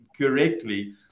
correctly